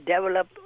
develop